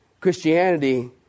Christianity